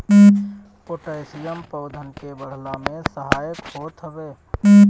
potassium पौधन के बढ़ला में सहायक होत हवे